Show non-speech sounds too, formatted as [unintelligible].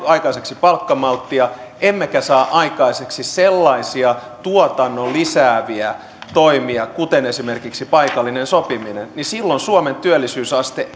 [unintelligible] aikaiseksi palkkamalttia emmekä saa aikaiseksi sellaisia tuotantoa lisääviä toimia kuten esimerkiksi paikallinen sopiminen niin silloin suomen työllisyysaste [unintelligible]